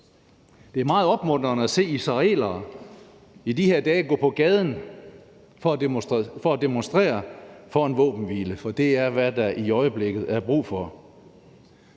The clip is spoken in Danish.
Det er meget opmuntrende at se israelere gå på gaden i de her dage for at demonstrere for en våbenhvile, for det er, hvad der i øjeblikket er brug for.